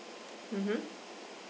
mmhmm